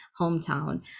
hometown